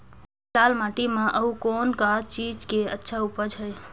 लाल माटी म अउ कौन का चीज के अच्छा उपज है?